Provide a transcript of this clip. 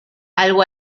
algo